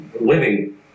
living